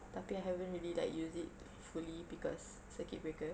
tapi I haven't really like used it fully because circuit breaker